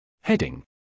Heading